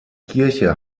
kirche